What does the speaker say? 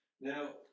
Now